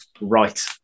right